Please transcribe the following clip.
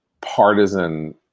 partisan